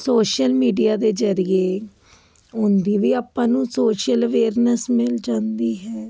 social media ਦੇ ਜਰੀਏ ਉਹਦੀ ਵੀ ਆਪਾਂ ਨੂੰ ਸੋਸ਼ਲ ਅਵੇਰਨੈਸ ਮਿਲ ਜਾਂਦੀ ਹੈ